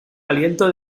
aliento